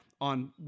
on